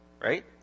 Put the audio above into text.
Right